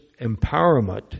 empowerment